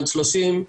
עד שלושים,